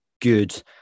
good